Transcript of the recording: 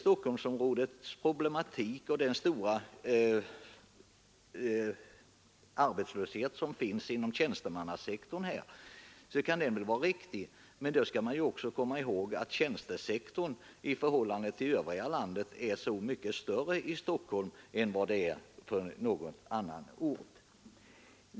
Det kan vara sant att det råder stor arbetslöshet inom tjänstemannasektorn i Stockholm. Men då skall man också komma ihåg att tjänstemannasektorn i Stockholm är så mycket större än på någon annan ort i landet.